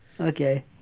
Okay